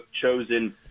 chosen